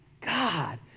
God